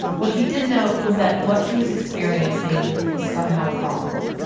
what she did know was that what she was experiencing was somehow wrong